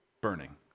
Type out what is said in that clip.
burning